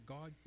God